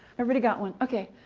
everybody got one? ok.